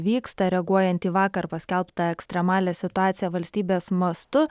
vyksta reaguojant į vakar paskelbtą ekstremalią situaciją valstybės mastu